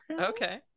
okay